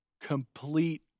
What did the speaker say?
complete